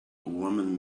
women